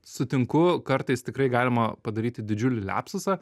sutinku kartais tikrai galima padaryti didžiulį liapsusą